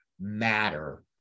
matter